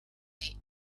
date